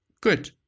good